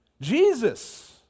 Jesus